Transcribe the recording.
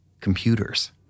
computers